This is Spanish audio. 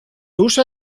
usa